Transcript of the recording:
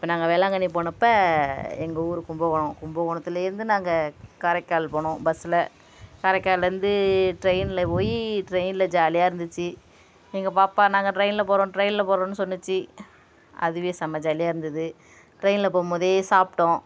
இப்போ நாங்கள் வேளாங்கண்ணி போனப்போ எங்கள் ஊர் கும்பகோணம் கும்பகோணத்துலேந்து நாங்கள் காரைக்கால் போனோம் பஸ்ஸில் கரைக்கால்லேந்து ட்ரெயினில் போய் ட்ரெயினில் ஜாலியாக இருந்துச்சு எங்கள் பாப்பா நாங்கள் ட்ரெயினில் போகறோம் ட்ரெயினில் போகறோன்னு சொன்னுச்சு அதுவே செம்ம ஜாலியாக இருந்துது ட்ரெயினில் போம்போதே சாப்பிட்டோம்